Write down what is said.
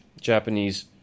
Japanese